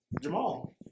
Jamal